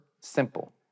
simple